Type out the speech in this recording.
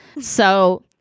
So-